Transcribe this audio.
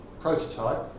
prototype